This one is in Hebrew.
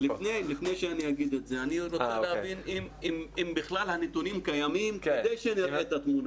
אני רוצה להבין אם בכלל הנתונים קיימים כדי שנראה את התמונה.